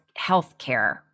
healthcare